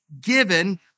given